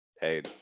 Hey